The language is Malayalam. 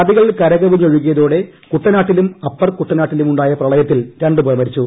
നദികൾ കരകവിഞ്ഞൊഴുകിയതോടെ കുട്ടനാട്ടിലും അപ്പർ കുട്ടനാട്ടിലുമുണ്ടായ പ്രളയത്തിൽ രണ്ടുപേർ മരിച്ചു